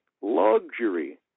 luxury